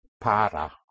para